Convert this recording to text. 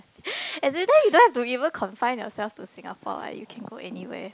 as in then you don't have to even confine yourself to Singapore what you can go anywhere